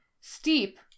steep